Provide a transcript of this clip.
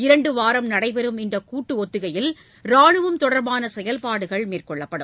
இரண்டு வாரம் நடைபெறம் இந்த கூட்டு ஒத்திகையில் ராணுவ தொடர்பான செயல்பாடுகள் மேற்கொள்ளப்படும்